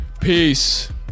Peace